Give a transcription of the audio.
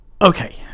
Okay